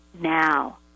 now